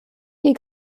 ihr